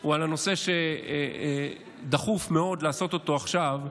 הוא הנושא שדחוף מאוד לעשות אותו עכשיו,